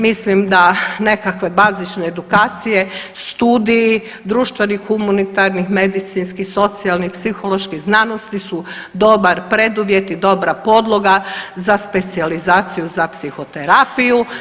Mislim da nekakve bazične edukacije, studiji društvenih, humanitarnih, medicinskih, socijalnih, psiholoških znanosti su dobar preduvjet i dobra podloga za specijalizaciju za psihoterapiju.